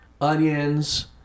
onions